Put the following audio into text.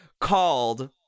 called